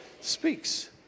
speaks